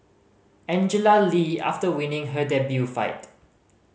Angela Lee after winning her debut fight